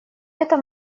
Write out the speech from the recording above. этом